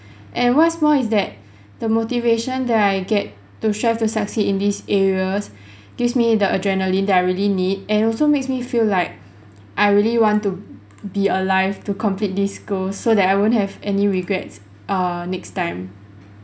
and what's more is that the motivation that I get to thrive to succeed in these areas gives me the adrenaline that I really need and also makes me feel like I really want to be alive to complete this goal so that I won't have any regrets uh next time